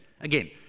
Again